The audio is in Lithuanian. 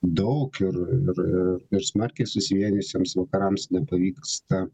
daug ir ir ir smarkiai susivienijusiems vakarams nepavyksta